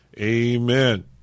Amen